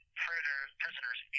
prisoners